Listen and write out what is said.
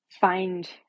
find